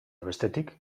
bestetik